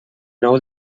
nou